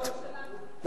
זה בעקבות החוק שלנו, שלי.